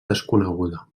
desconeguda